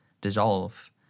dissolve